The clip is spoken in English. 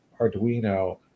arduino